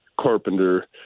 Carpenter